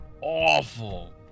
awful